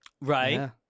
Right